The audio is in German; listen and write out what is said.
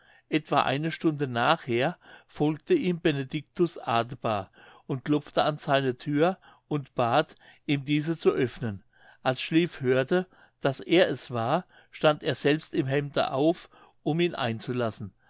etwa eine stunde nachher folgte ihm benedictus adebar und klopfte an seine thür und bat ihm diese zu öffnen als schlieff hörte daß er es war stand er selbst im hemde auf um ihn einzulassen